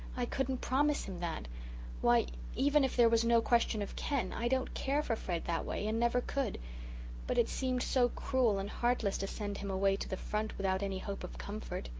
i couldn't promise him that why, even if there was no question of ken, i don't care for fred that way and never could but it seemed so cruel and heartless to send him away to the front without any hope of comfort.